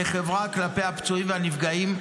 כחברה כלפי הפצועים והנפגעים,